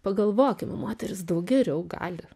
pagalvokim moterys daug geriau gali